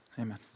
Amen